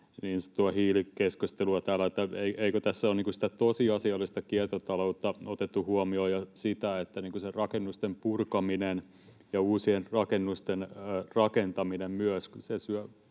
niin sanottua hiilikeskustelua täällä, sitä, että eikö tässä ole sitä tosiasiallista kiertotaloutta otettu huomioon ja sitä, että myös se rakennusten purkaminen ja uusien rakennusten rakentaminen vie